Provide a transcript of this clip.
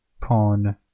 Pawn